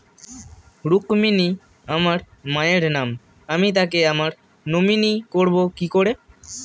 রুক্মিনী আমার মায়ের নাম আমি তাকে আমার নমিনি করবো কি করে?